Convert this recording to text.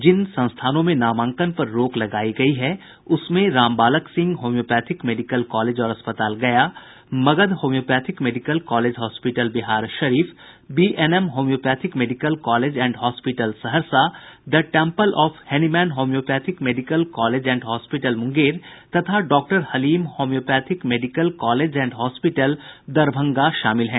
जिन संस्थानों में नामांकन पर रोक लगायी गयी है उसमें Rambalak Singh homeopathic medical college और अस्पताल Gaya Magadh homeopathic medical college hospital Biharsharif BNM homeopathic medical college and hospital Saharsa the temple of Hahnemann homeopathic medical college and hospital Munger तथा doctor Halim homeopathic medical college and hospital Darbhanga शामिल हैं